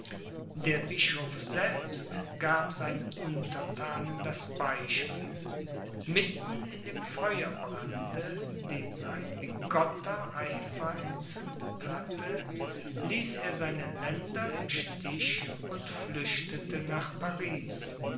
der bischof selbst gab seinen unterthanen das beispiel mitten in dem feuerbrande den sein bigotter eifer entzündet hatte ließ er seine länder im stich und flüchtete nach paris